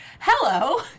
hello